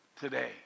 today